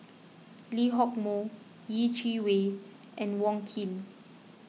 Lee Hock Moh Yeh Chi Wei and Wong Keen